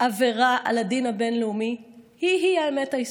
עבירה על הדין הבין-לאומי היא-היא האמת ההיסטורית.